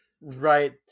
right